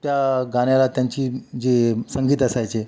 त्या गाण्याला त्यांची जी संगीत असायचे